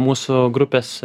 mūsų grupės